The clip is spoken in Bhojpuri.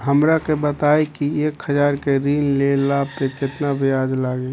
हमरा के बताई कि एक हज़ार के ऋण ले ला पे केतना ब्याज लागी?